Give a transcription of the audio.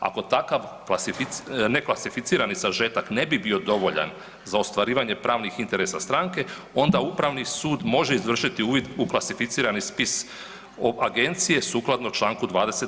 Ako takav neklasificirani sažetak ne bi bio dovoljan za ostvarivanje pravnih interesa stranke onda Upravni sud može izvršiti uvid u klasificirani spis agencije sukladno Članku 20.